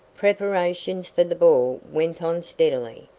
preparations for the ball went on steadily,